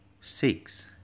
six